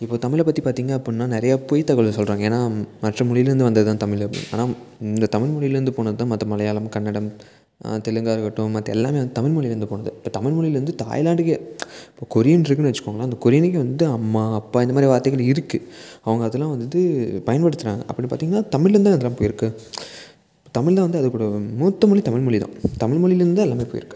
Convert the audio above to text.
இப்போ தமிழை பற்றி பார்த்திங்க அப்படின்னா நிறையா பொய் தகவலை சொல்கிறாங்க ஏன்னா மற்ற மொழியிலேந்து வந்தது தான் தமிழு அப்படின்னு ஆனால் இந்த தமிழ் மொழியிலேந்து போனது தான் மற்ற மலையாளம் கன்னடம் தெலுங்காகட்டும் மற்ற எல்லாம் வந்து தமிழ் மொழியிலேந்து போனது இப்போ தமிழ் மொழியில் வந்து தாய்லாண்டுக்கே இப்போ கொரியன் இருக்குன்னு வச்சிகோங்களேன் அந்த கொரியனுக்கே வந்து அம்மா அப்பா இந்த மாதிரி வார்த்தைகள் இருக்குது அவங்க அதெலாம் வந்துட்டு பயன்படுத்துகிறாங்க அப்படி பார்த்திங்கன்னா தமிழ்லேந்து தான் இதெலாம் போயிருக்கு தமிழ் தான் வந்து அதுக்கு ஒரு மூத்த மொழி தமிழ் மொழி தான் தமிழ் மொழியிலேந்து தான் எல்லாம் போயிருக்கு